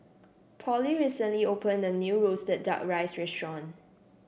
Polly recently opened a new roasted Duck Rice Restaurant